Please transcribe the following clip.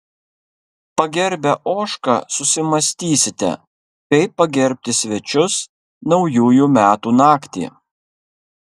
pagerbę ožką susimąstysite kaip pagerbti svečius naujųjų metų naktį